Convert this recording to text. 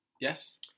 Yes